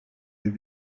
des